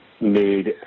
made